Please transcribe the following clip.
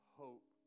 hope